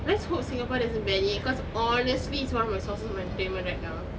let's hope singapore doesn't ban it cause honestly it's one of my sources of entertainment right now